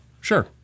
sure